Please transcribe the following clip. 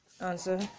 answer